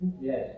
Yes